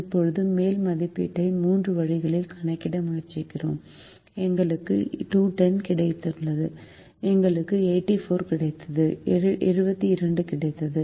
இப்போது மேல் மதிப்பீட்டை மூன்று வழிகளில் கணக்கிட முயற்சித்தோம் எங்களுக்கு 210 கிடைத்தது எங்களுக்கு 84 கிடைத்தது 72 கிடைத்தது